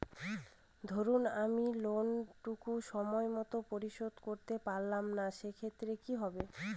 ধরুন আমি লোন টুকু সময় মত পরিশোধ করতে পারলাম না সেক্ষেত্রে কি হবে?